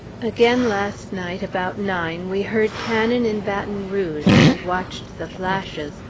again last night, about nine, we heard cannon in baton rouge, and watched the flashes,